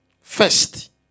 First